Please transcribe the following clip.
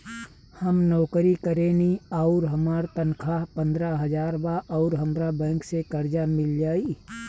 हम नौकरी करेनी आउर हमार तनख़ाह पंद्रह हज़ार बा और हमरा बैंक से कर्जा मिल जायी?